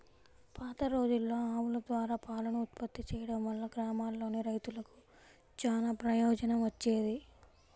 పాతరోజుల్లో ఆవుల ద్వారా పాలను ఉత్పత్తి చేయడం వల్ల గ్రామాల్లోని రైతులకు చానా ప్రయోజనం వచ్చేది